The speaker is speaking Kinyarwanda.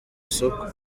isoko